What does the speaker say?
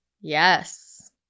Yes